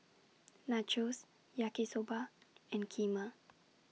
Nachos Yaki Soba and Kheema